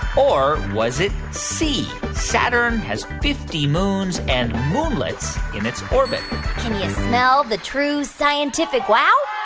or was it c saturn has fifty moons and moonlets in its orbit? can you smell the true scientific wow?